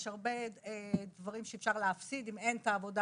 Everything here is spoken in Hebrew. יש הרבה דברים שאפשר להפסיד אם אין את העבודה